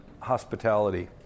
hospitality